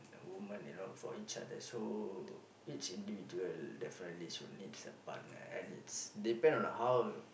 woman you know for each other so each individual definitely will needs a partner and it's depend on how